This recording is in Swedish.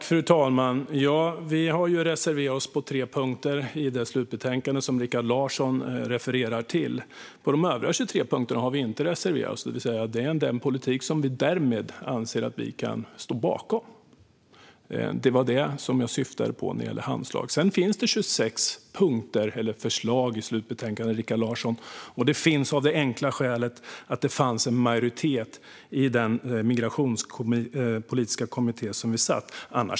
Fru talman! Vi har reserverat oss på 3 punkter i det slutbetänkande som Rikard Larsson refererar till. På de övriga 23 punkterna har vi inte reserverat oss. Det är den politik som vi därmed anser att vi kan stå bakom. Det är vad jag syftade på när det gällde handslag. Sedan finns det 26 förslag i slutbetänkandet, Rikard Larsson. De finns av det enkla skälet att det fanns en majoritet i den migrationspolitiska kommittén som vi satt i.